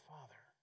Father